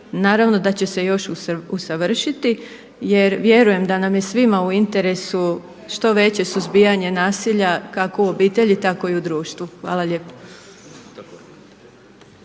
naravno da će se još usavršiti, jer vjerujem da nam je svima u interesu što veće suzbijanje nasilja kako u obitelji, tako i u društvu. Hvala lijepo.